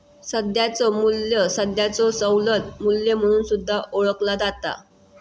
सध्याचो मू्ल्य सध्याचो सवलत मू्ल्य म्हणून सुद्धा ओळखला जाता